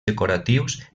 decoratius